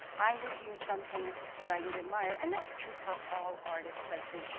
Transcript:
i would hear something that i would admire. and that's true for all artists, i think.